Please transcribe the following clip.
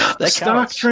Stock